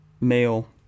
male